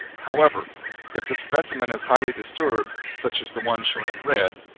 however if the specimen is highly disturbed such as the one show in and red,